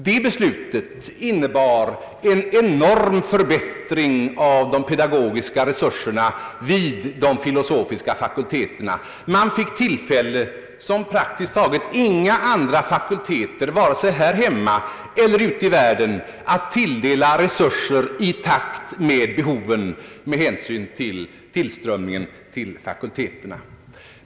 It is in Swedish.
Det beslutet innebar en enorm förbättring av de pedagogiska resurserna vid de filosofiska fakulteterna. Dessa fick — som praktiskt taget inga andra fakulteter här hemma eller ute i världen — tillfälle att tilldela resurser i takt med behovet och tillströmningen till fakulteterna.